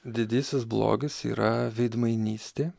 didysis blogis yra veidmainystė